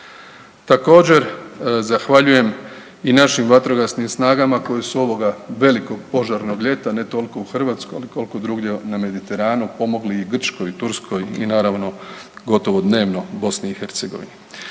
Također zahvaljujem i našim vatrogasnim snagama koji su ovoga velikog požarnog ljeta, ne toliko u Hrvatskoj, ali koliko drugdje na Mediteranu pomogli i Grčkoj i Turskoj i naravno gotovo dnevno BiH.